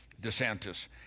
desantis